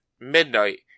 midnight